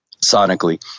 sonically